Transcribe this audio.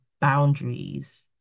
boundaries